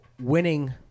winning